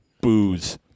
booze